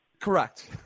Correct